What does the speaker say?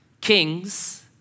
Kings